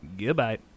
Goodbye